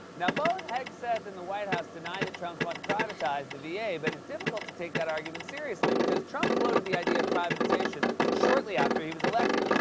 now, both hegseth and the white house deny that trump's wanting to privatize the va, yeah but it's difficult to take that argument seriously because trump floated the idea of privatization shortly after he was elected.